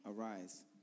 Arise